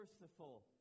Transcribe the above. merciful